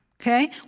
okay